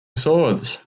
swords